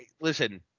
listen